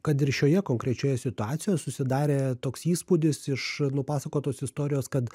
kad ir šioje konkrečioje situacijoje susidarė toks įspūdis iš nupasakotos istorijos kad